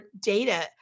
data